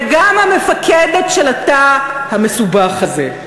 וגם המפקדת של התא המסובך הזה.